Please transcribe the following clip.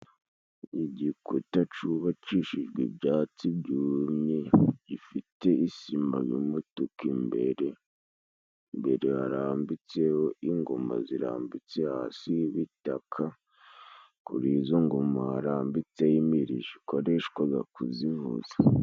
Igikuta cubakishijwe ibyatsi byumye, gifite isima y'umutuku imbere. Imbere harambitse ingoma zirambitse hasi h'ibitaka, kuri izo ngoma harambitseho imirishyo ikoreshwaga kuzivuza.